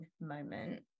moment